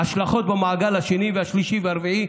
ההשלכות במעגל השני והשלישי והרביעי,